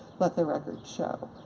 let the record show.